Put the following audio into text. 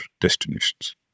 destinations